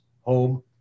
home